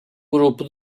grupo